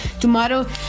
tomorrow